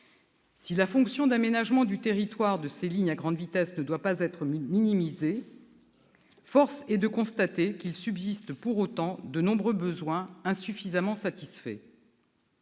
Si la fonction d'aménagement du territoire de ces lignes à grande vitesse ne doit pas être minimisée, il subsiste pour autant de nombreux besoins insuffisamment satisfaits.